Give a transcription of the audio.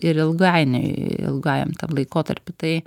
ir ilgainiui ilgajam tam laikotarpiui tai